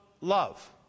love